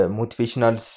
motivational